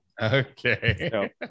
okay